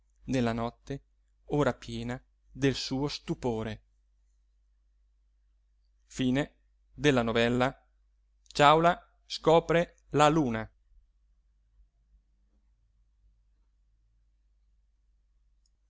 nella notte ora piena del suo stupore da tre